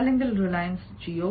അല്ലെങ്കിൽ റിലയൻസ് ജിയോ